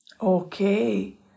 Okay